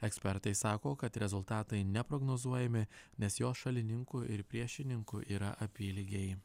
ekspertai sako kad rezultatai neprognozuojami nes jos šalininkų ir priešininkų yra apylygiai